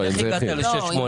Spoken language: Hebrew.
ליחיד.